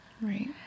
Right